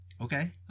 Okay